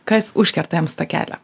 kas užkerta jiems tą kelią